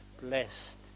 blessed